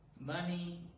money